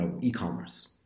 e-commerce